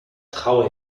traue